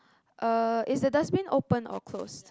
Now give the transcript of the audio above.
uh is the dustbin open or closed